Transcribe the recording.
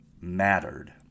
mattered